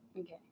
Okay